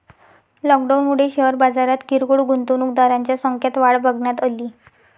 लॉकडाऊनमुळे शेअर बाजारात किरकोळ गुंतवणूकदारांच्या संख्यात वाढ बघण्यात अली